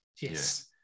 Yes